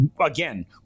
Again